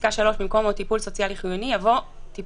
בפסקה (3) במקום "או טיפול סוציאלי חיוני" יבוא "טיפול